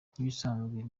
nk’ibisanzwe